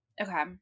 Okay